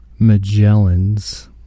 Magellans